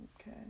Okay